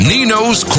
Nino's